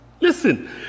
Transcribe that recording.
Listen